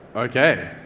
okay.